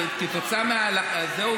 כתוצאה מזה,